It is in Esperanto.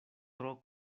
tro